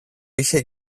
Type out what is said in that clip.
είχε